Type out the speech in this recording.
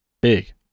big